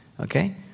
okay